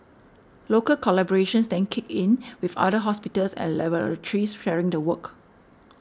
local collaborations then kicked in with other hospitals and laboratories sharing the work